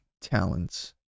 talents